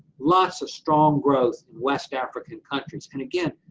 lots of strong growth in west african countries, and again,